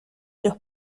los